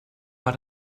war